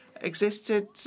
existed